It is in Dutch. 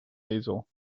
ezel